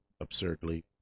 absurdly